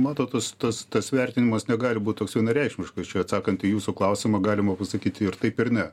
matot tas tas tas vertinimas negali būt toks vienareikšmiškas atsakant į jūsų klausimą galima pasakyti ir taip ir ne